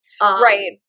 Right